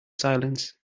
silence